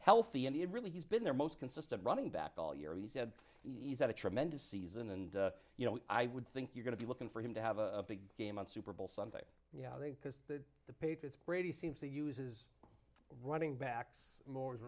healthy and it really has been their most consistent running back all year he said e's had a tremendous season and you know i would think you're going to be looking for him to have a big game on super bowl sunday yeah i think because the patriots brady seems a uses running backs more